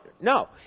No